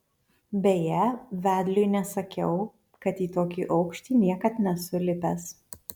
beje vedliui nesakiau kad į tokį aukštį niekad nesu lipęs